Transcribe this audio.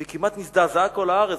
וכמעט נזדעזעה הארץ",